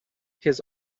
his